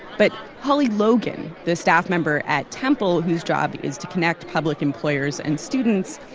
but holly logan, the staff member at temple whose job is to connect public employers and students,